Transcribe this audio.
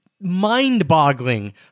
mind-boggling